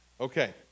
Okay